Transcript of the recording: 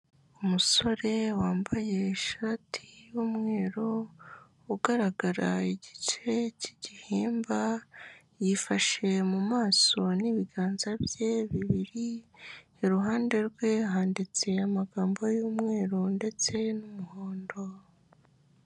Umusore wambaye ishati y'umweru ugaragara igice cy'igihimba yifashe mu maso n'ibiganza bye bibiri iruhande rwe handitse amagambo y'umweru ndetse n'umuhondo.